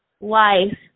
life